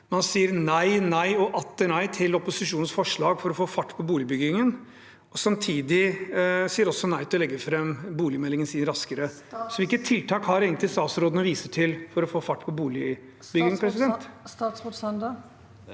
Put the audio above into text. Man sier nei, nei og atter nei til opposisjonens forslag for å få fart på boligutbyggingen, og samtidig sier man nei til å legge fram boligmeldingen sin raskere. Hvilke tiltak har egentlig statsråden å vise til for å få fart på boligutbyggingen? Statsråd Erling